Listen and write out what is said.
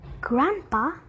Grandpa